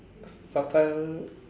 sometimes